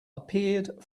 appeared